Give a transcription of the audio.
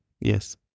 Yes